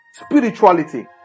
spirituality